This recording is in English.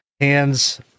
hands